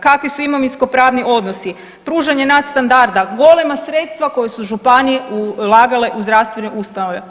Kakvi su imovinskopravni odnosi, pružanje nadstandarda, golema sredstva koje su županije ulagale u zdravstvene ustanove.